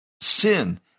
sin